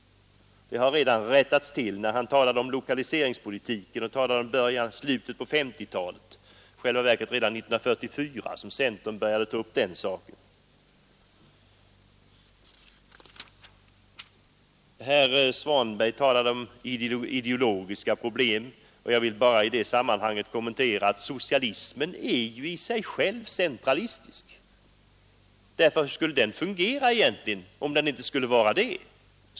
Han talade om lokaliseringspolitiken i slutet på 1950-talet. I själva verket började centern redan 1944 ta upp den frågan. Herr Svanberg talade vidare om ideologiska problem, och jag vill i det sammanhanget bara säga att socialismen i sig själv är centralistisk. Hur skulle den egentligen fungera om den inte vore det?